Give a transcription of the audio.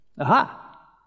Aha